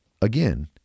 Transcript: again